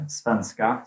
svenska